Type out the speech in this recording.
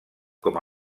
com